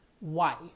wife